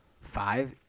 Five